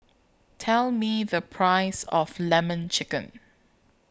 Tell Me The Price of Lemon Chicken